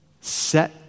set